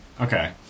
Okay